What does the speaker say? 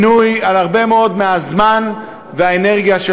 עינוי על הרבה מאוד מהזמן והאנרגיה של